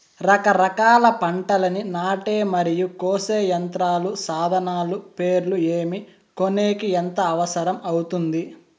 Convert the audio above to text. రకరకాల పంటలని నాటే మరియు కోసే యంత్రాలు, సాధనాలు పేర్లు ఏమి, కొనేకి ఎంత అవసరం అవుతుంది?